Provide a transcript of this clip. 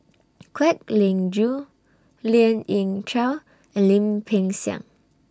Kwek Leng Joo Lien Ying Chow and Lim Peng Siang